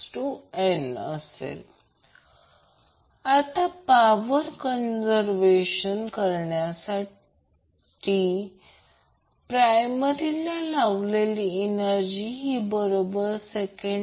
आणि जर Z R jR असेल तर ते √ 2 R कोन 45 ° असेल यापैकी एक असेल